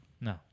no